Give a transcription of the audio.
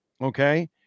okay